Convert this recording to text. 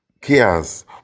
cares